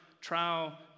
trial